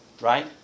right